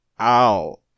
ow